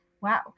wow